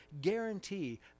guarantee